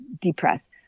depressed